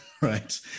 right